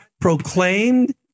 proclaimed